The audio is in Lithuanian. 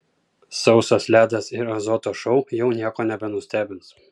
sausas ledas ir azoto šou jau nieko nebenustebins